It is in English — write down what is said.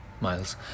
miles